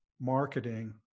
marketing